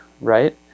right